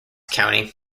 county